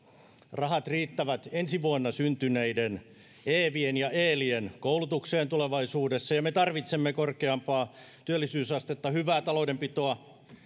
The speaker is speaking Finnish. rahat riittävät ensi vuonna syntyneiden eevien ja eelien koulutukseen tulevaisuudessa ja me tarvitsemme korkeampaa työllisyysastetta ja hyvää taloudenpitoa